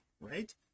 right